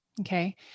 Okay